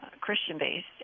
Christian-based